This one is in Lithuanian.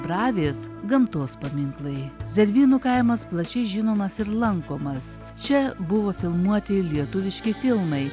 dravės gamtos paminklai zervynų kaimas plačiai žinomas ir lankomas čia buvo filmuoti lietuviški filmai